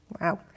Wow